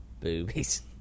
Boobies